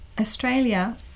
Australia